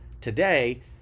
today